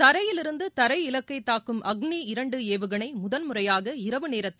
தரையிலிருந்து தரைஇலக்கை தாக்கும் அக்ளி இரண்டு ஏவுகணை முதன்முறையாக இரவு நேரத்தில்